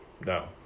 No